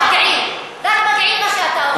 כבר אי-אפשר לשמוע אותך, זה מגעיל מה שאתה אומר.